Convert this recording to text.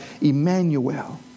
Emmanuel